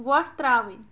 وۄٹھ ترٛاوٕنۍ